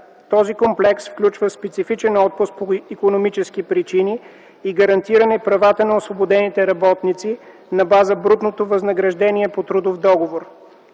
Този комплекс включва специфичен отпуск по икономически причини и гарантиране правата на освободените работници на база брутното възнаграждение по трудов договор.